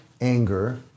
anger